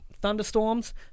thunderstorms